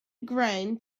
grain